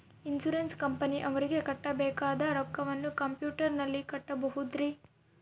Insurance ಕಂಪನಿಯವರಿಗೆ ಕಟ್ಟಬೇಕಾದ ರೊಕ್ಕವನ್ನು ಕಂಪ್ಯೂಟರನಲ್ಲಿ ಕಟ್ಟಬಹುದ್ರಿ?